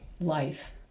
life